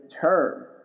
term